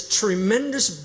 tremendous